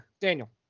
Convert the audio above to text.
Daniel